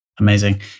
Amazing